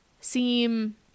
seem